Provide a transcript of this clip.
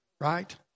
right